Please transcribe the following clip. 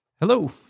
Hello